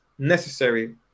necessary